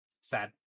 Sad